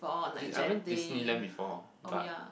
the I went Disneyland before but